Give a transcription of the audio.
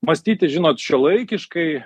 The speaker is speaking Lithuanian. mąstyti žinot šiuolaikiškai